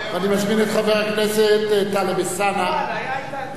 ואני מזמין את חבר הכנסת טלב אלסאנע לבוא